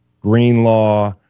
Greenlaw